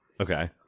Okay